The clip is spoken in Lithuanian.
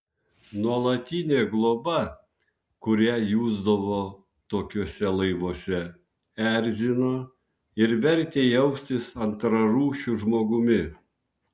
nuolatinė globa kurią jusdavo tokiuose laivuose erzino ir vertė jaustis antrarūšiu žmogumi